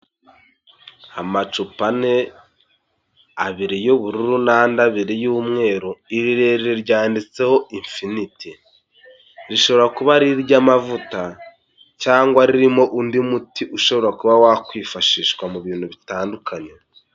Amacupa ane, abiri y'ubururu n'andi abiri y'umweru. Irirere ryanditseho infiniti. Rishobora kuba ari iry'amavuta cyangwa ririmo undi muti ushobora kuba wakwifashishwa mu bintu bitandukanye.